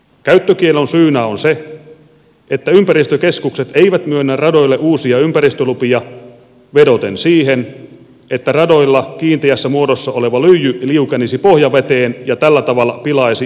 käyttökiellon syynä on se että ympäristökeskukset eivät myönnä radoille uusia ympäristölupia vedoten siihen että radoilla kiinteässä muodossa oleva lyijy liukenisi pohjaveteen ja tällä tavalla pilaisi pohjavesistöjä